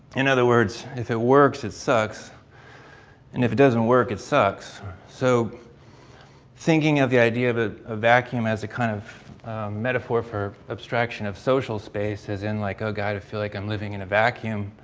in other words, if it works, it sucks and if it doesn't work, it sucks so thinking of the idea of a vacuum as a kind of metaphor for abstraction of social space as in like a guy to feel like i'm living in a vacuum.